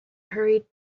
hurried